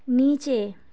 نیچے